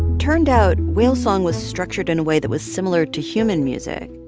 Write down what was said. turned out, whale song was structured in a way that was similar to human music.